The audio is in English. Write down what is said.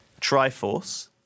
Triforce